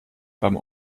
beim